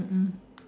mm mm